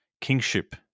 kingship